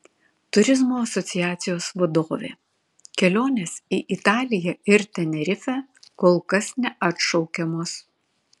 turizmo asociacijos vadovė kelionės į italiją ir tenerifę kol kas neatšaukiamos